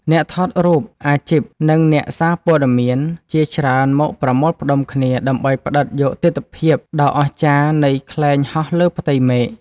អ្នកថតរូបអាជីព និងអ្នកសារព័ត៌មានជាច្រើនមកប្រមូលផ្ដុំគ្នា ដើម្បីផ្ដិតយកទិដ្ឋភាពដ៏អស្ចារ្យនៃខ្លែងហោះលើផ្ទៃមេឃ។